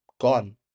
gone